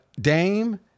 Dame